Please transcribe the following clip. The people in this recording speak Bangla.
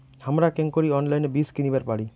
হামরা কেঙকরি অনলাইনে বীজ কিনিবার পারি?